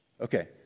Okay